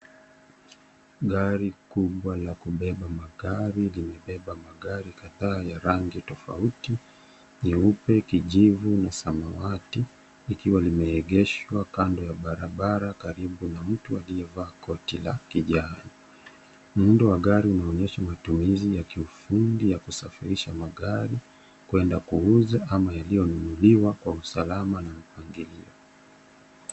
Gari kubwa la kupepa magari limepepa magari kadhaa ya rangi tafauti nyeupe, kijivu, samawati likiwa limeegeshwa kando ya barabara karibu na mtu aliyevaa koti la kijani. Muundo wa gari inaonyesha matumizi ya kiufundi ya kusafirisha magari, kuunda kuuza ama yalionunuliwa kwa usalama na upangilio.